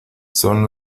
son